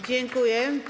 Dziękuję.